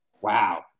wow